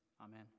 amen